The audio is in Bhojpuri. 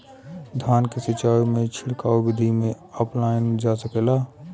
धान के सिचाई में छिड़काव बिधि भी अपनाइल जा सकेला?